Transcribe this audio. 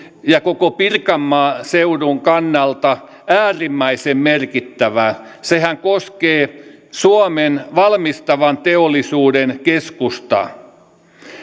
ja koko pirkanmaan seudun kannalta äärimmäisen merkittävä sehän koskee suomen valmistavan teollisuuden keskusta